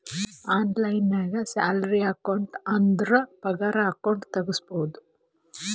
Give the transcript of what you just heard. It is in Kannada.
ಆನ್ಲೈನ್ ನಾಗ್ ಸ್ಯಾಲರಿ ಅಕೌಂಟ್ ಅಂದುರ್ ಪಗಾರ ಅಕೌಂಟ್ ತೆಗುಸ್ಬೋದು